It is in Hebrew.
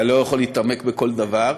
אתה לא יכול להתעמק בכל דבר,